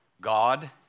God